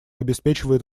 обеспечивает